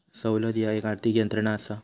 सवलत ह्या एक आर्थिक यंत्रणा असा